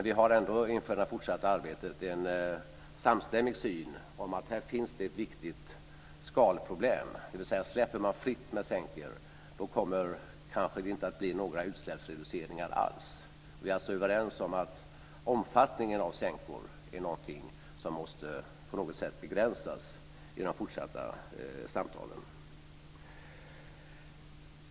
Vi har ändå inför det fortsatta arbetet en samstämmig syn på att det här finns ett viktigt skalproblem. Släpper man hanterandet av sänkor fritt kommer det kanske inte att bli några utsläppsreduceringar alls. Vi är alltså överens om att omfattningen av sänkor är någonting som på något sätt måste begränsas i de fortsatta samtalen.